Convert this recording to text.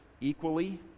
equally